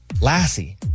Lassie